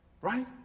right